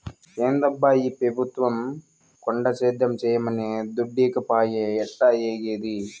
ఏందబ్బా ఈ పెబుత్వం కొండ సేద్యం చేయమనె దుడ్డీకపాయె ఎట్టాఏగేది